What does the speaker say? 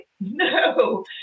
No